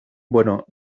bueno